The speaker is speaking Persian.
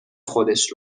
خودش